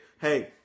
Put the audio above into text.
hey